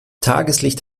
tageslicht